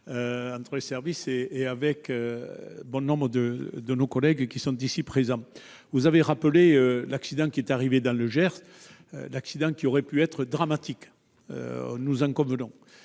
entre les services et avec bon nombre de collègues ici présents. Vous avez rappelé l'accident qui a eu lieu dans le Gers, accident qui aurait pu être dramatique, nous en convenons.